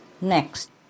next